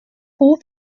fall